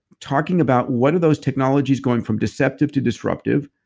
talking about what are those technologies going from deceptive to disruptive?